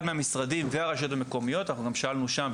מהמשרדים והרשויות המקומיות אנחנו שאלנו גם שם,